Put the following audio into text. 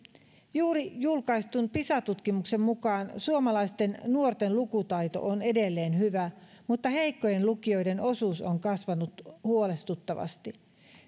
juuri julkaistun pisa tutkimuksen mukaan suomalaisten nuorten lukutaito on edelleen hyvä mutta heikkojen lukijoiden osuus on kasvanut huolestuttavasti